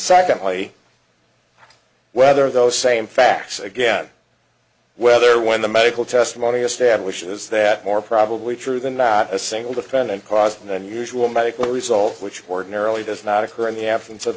secondly whether those same facts again whether when the medical testimony establishes that more probably true than not a single defendant caused an unusual medical result which warden early does not occur in the absence of